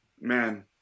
man